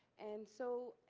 and so,